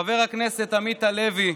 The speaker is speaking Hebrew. לחבר הכנסת עמית הלוי,